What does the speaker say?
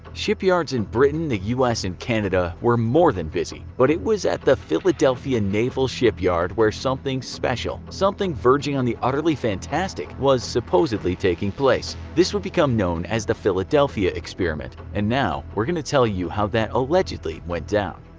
shipyards in britain, the u s. and canada were more than busy, but it was at the philadelphia naval shipyard where something special, something verging on the utterly fantastic, was supposedly taking place. this would become known as the philadelphia experiment, and now we are going to tell you how that allegedly went down.